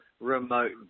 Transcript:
remote